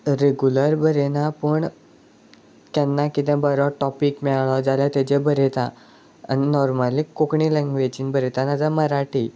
regular बरयना पूण केन्ना कितें बरो टॉपीक मेळ्ळो जाल्यार तेजे बरयता आनी नॉर्मली कोंकणी लँंग्वेजीन बरयता नाजाल्यार मराठी